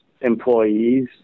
employees